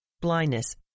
blindness